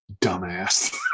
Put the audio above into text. Dumbass